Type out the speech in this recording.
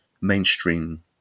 mainstream